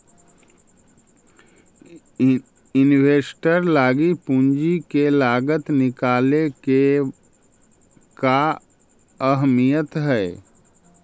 Investor लागी पूंजी के लागत निकाले के का अहमियत हई?